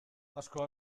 asko